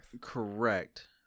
Correct